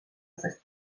sest